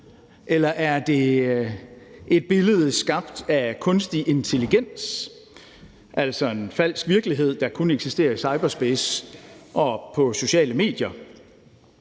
Eller er det et billede skabt af kunstig intelligens – altså en falsk virkelighed, der kun eksisterer i cyberspace og på sociale medier?